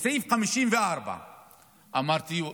בסעיף 54. אמרתי,